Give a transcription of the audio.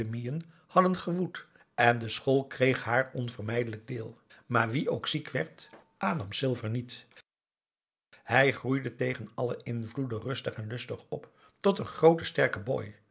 hadden gewoed en de school aum boe akar eel kreeg haar onvermijdelijk deel maar wie ook ziek werd adam silver niet hij groeide tegen alle invloeden rustig en lustig op tot een grooten sterken boy